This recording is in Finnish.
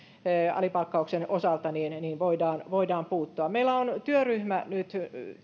alipalkkauksen osalta voidaan voidaan puuttua meillä on työryhmä nyt